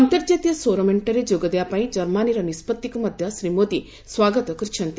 ଅନ୍ତର୍ଜାତୀୟ ସୌରମେଷ୍ଟରେ ଯୋଗଦେବା ପାଇଁ ଜର୍ମାନୀର ନିଷ୍କଭିକୁ ମଧ୍ୟ ଶ୍ରୀ ମୋଦୀ ସ୍ୱାଗତ କରିଛନ୍ତି